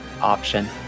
option